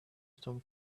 storm